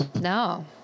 No